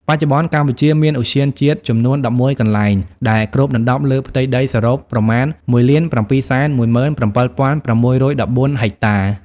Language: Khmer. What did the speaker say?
បច្ចុប្បន្នកម្ពុជាមានឧទ្យានជាតិចំនួន ១១ កន្លែង ដែលគ្របដណ្តប់លើផ្ទៃដីសរុបប្រមាណ ១,៧១៧,៦១៤ ហិកតា។